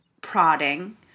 prodding